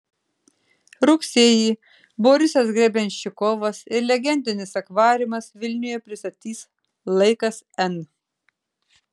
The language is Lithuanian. rugsėjį borisas grebenščikovas ir legendinis akvariumas vilniuje pristatys laikas n